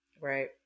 right